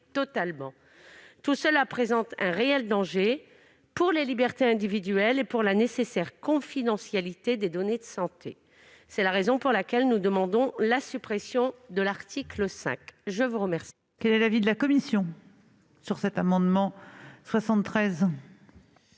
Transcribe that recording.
Tout cela présente un réel danger pour les libertés individuelles et pour la nécessaire confidentialité des données de santé. C'est la raison pour laquelle nous demandons la suppression de l'article 5. Quel